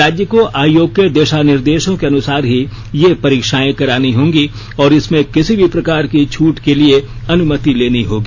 राज्यों को आयोग के दिशा निर्देशों के अनुसार ही ये परीक्षाएं करानी होंगी और इसमें किसी भी प्रकार की छूट के लिए अनुमति लेनी होगी